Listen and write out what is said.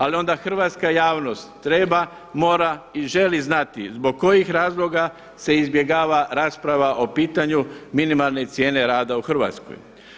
Ali onda hrvatska javnost treba, mora i želi znati zbog kojih razloga se izbjegava rasprava o pitanju minimalne cijene rada u Hrvatskoj.